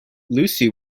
lucy